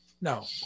no